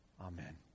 Amen